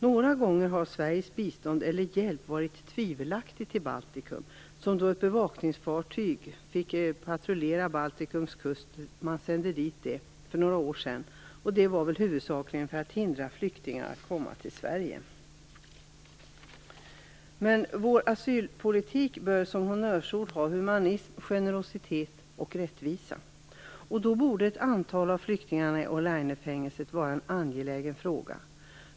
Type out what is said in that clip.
Några gånger har Sveriges bistånd eller hjälp till Baltikum varit tvivelaktigt. Så var det t.ex. då ett bevakningsfartyg sändes ut för att patrullera Baltikums kust för några år sedan. Det gjordes väl huvudsakligen för att hindra flyktingar att komma till Sverige. Sveriges asylpolitik bör som honnörsord ha humanism, generositet och rättvisa. Då borde ett antal av flyktingarna i Olainefängelset vara en angelägen fråga.